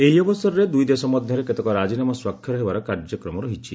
ଏହି ଅବସରରେ ଦୁଇ ଦେଶ ମଧ୍ୟରେ କେତେକ ରାଜିନାମା ସ୍ୱାକ୍ଷର ହେବାର କାର୍ଯ୍ୟକ୍ରମ ରହିଛି